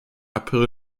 april